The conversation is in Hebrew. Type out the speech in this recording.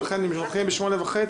ולכן אם נתחיל ב-20:30,